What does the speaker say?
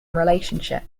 relationship